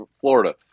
Florida